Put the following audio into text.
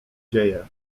dzieje